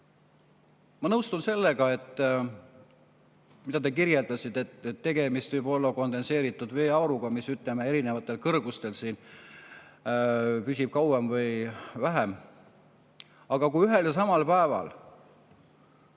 nõustun sellega, mida te kirjeldasite, et tegemist võib olla kondenseerunud veeauruga, mis, ütleme, erinevatel kõrgustel püsib kauem või vähem. Aga kui ühel ja samal päeval